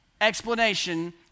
explanation